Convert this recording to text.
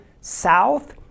south